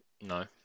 No